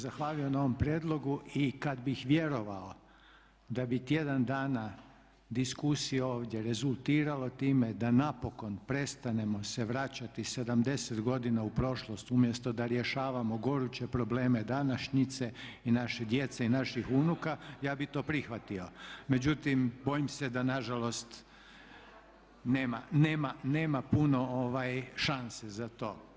Ja bih vam se zahvalio na ovom prijedlogu i kad bih vjerovao da bi tjedan dana diskusije ovdje rezultiralo time da napokon prestanemo se vraćati 70 godina u prošlost umjesto da rješavamo goruće probleme današnjice i naše djece i naših unuka ja bi to prihvatio, međutim bojim se da nažalost nema puno šanse za to.